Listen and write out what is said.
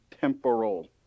temporal